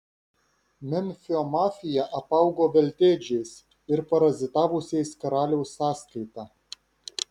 memfio mafija apaugo veltėdžiais ir parazitavusiais karaliaus sąskaita